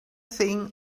thing